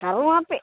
सर्वापि